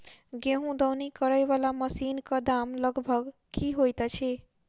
गेंहूँ दौनी करै वला मशीन कऽ दाम लगभग की होइत अछि?